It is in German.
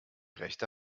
rechte